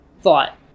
thought